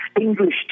English